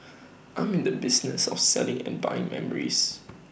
I'm in the business of selling and buying memories